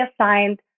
assigned